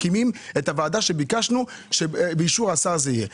מקימים את הוועדה שביקשנו שתהיה באישור השר.